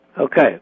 Okay